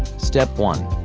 step one.